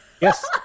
Yes